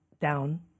down